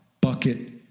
bucket